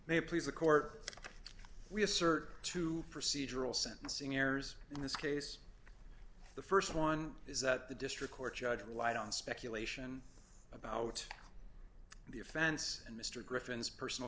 y please the court we assert to procedural sentencing errors in this case the st one is that the district court judge relied on speculation about the offense and mr griffin's personal